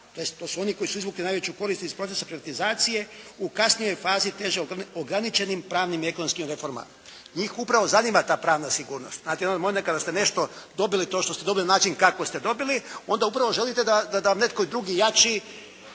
to su oni koji su izvukli najveću korist iz procesa privatizacije u kasnijoj fazi teže ograničenim pravnim i ekonomski reformama. Njih upravo zanima ta pravna sigurnost. Znate onda kad ste nešto dobili, to što ste dobili način kako ste dobili, onda upravo želite da netko drugi i